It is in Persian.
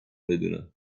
بدونم